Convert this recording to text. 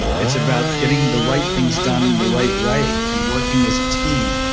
it's about getting the right things done the right way, and working as a team,